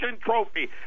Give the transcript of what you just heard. trophy